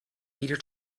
reader